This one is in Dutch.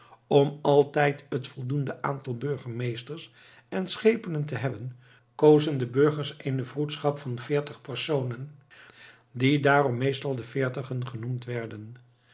om altijd het voldoende aantal burgemeesters en schepenen te hebben kozen de burgers eene vroedschap van veertig personen die daarom meestal de veertigen genoemd werden